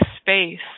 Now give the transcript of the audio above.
space